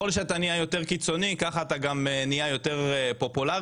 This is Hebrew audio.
שעלינו לשים לב לאופן שבו לפעמים אתם נגררים